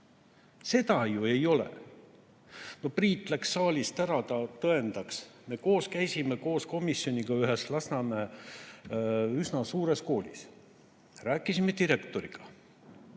Seda ju ei ole! No Priit läks saalist ära, ta tõendaks [mu juttu]. Me käisime koos komisjoniga ühes Lasnamäe üsna suures koolis. Rääkisime direktoriga: